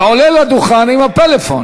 אתה עולה לדוכן עם הפלאפון.